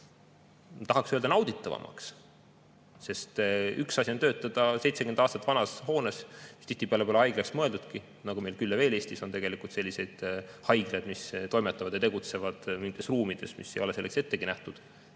tahaks öelda, nauditavamaks. Üks asi on töötada 70 aastat vanas hoones, mis tihtipeale pole haiglaks mõeldudki, nagu meil küll ja veel Eestis on – selliseid haiglaid, mis toimetavad ja tegutsevad mingites ruumides, mis ei ole selleks ettegi nähtud